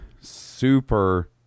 super